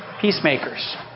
Peacemakers